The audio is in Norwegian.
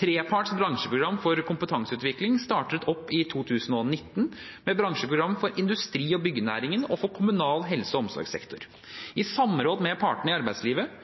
Treparts bransjeprogram for kompetanseutvikling startet opp i 2019 med bransjeprogram for industri- og byggenæringen og for kommunal helse- og omsorgssektor. I samråd med partene i arbeidslivet